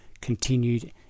continued